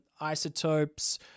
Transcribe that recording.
isotopes